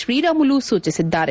ಶ್ರೀರಾಮುಲು ಸೂಚಿಸಿದ್ದಾರೆ